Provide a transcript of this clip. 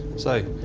so,